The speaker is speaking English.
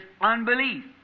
unbelief